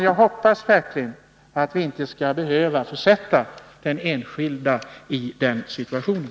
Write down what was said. Jag hoppas verkligen, fru talman, att vi inte skall behöva försätta den enskilde i den situationen.